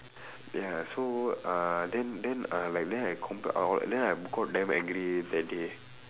ya so uh then then uh like then I comp~ uh what then I got damn angry that day